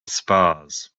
spas